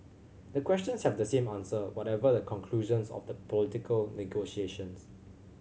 the questions have the same answer whatever the conclusions of the political negotiations